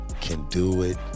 can-do-it